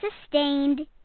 sustained